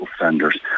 offenders